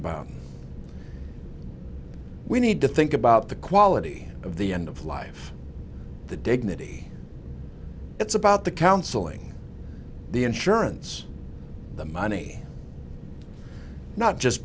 about we need to think about the quality of the end of life the dignity it's about the counseling the insurance the money not just